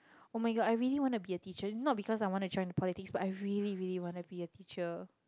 oh-my-god I really want to be a teacher not because I want to join the politics but I really really wanna be a teacher